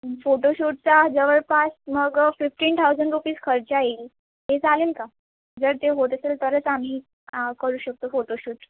photo शूटचा जवळपास मग फिफ्टीन थाउजंड रुपीज खर्चा येईल ते चालेल का जर ते होत असेल तरच आम्ही करू शकतो फोटो शूट